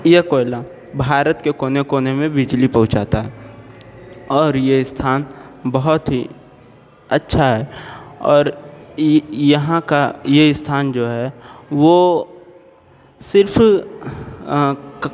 यह कोयला भारत के कोने कोने में बिजली पहुँचाता है और यह स्थान बहुत ही अच्छा है और यहाँ का यह स्थान जो है वह सिर्फ़